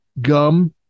gum